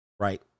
Right